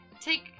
take